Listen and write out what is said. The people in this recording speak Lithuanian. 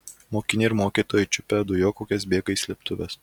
mokiniai ir mokytojai čiupę dujokaukes bėga į slėptuves